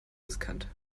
riskant